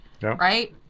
Right